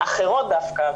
אחרות דווקא,